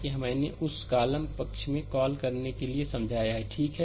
यह मैंने उसकॉलम पक्ष में कॉल करने के लिए समझाया है ठीक है